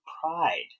pride